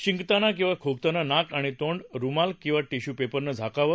शिंकताना किंवा खोकताना नाक आणि तोंड रुमाल किंवा टिश्यू पेपरनं झाकावे